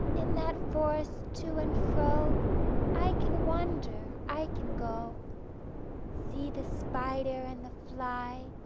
in that forest to and fro i can wander, i can go see the spider and the fly,